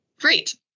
great